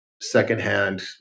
secondhand